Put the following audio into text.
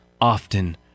often